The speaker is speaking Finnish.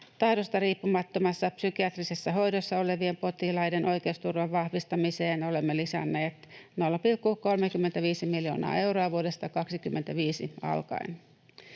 tahdosta riippumattomassa psykiatrisessa hoidossa olevien potilaiden oikeusturvan vahvistamiseen olemme lisänneet 0,35 miljoonaa euroa vuodesta 25 alkaen.